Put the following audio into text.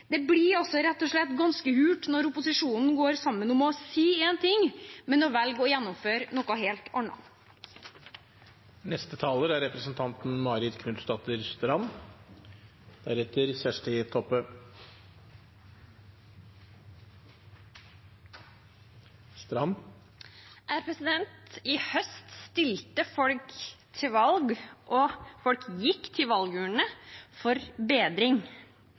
Det blir rett og slett ganske hult når opposisjonen går sammen om å si én ting, men velger å gjennomføre noe helt annet. I høst stilte folk til valg, og folk gikk til valgurnene for bedring.